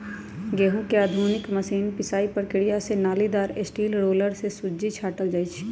गहुँम के आधुनिक मशीन पिसाइ प्रक्रिया से नालिदार स्टील रोलर से सुज्जी छाटल जाइ छइ